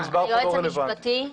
היועץ המשפטי.